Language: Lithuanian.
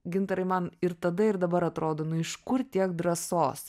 gintarai man ir tada ir dabar atrodo nu iš kur tiek drąsos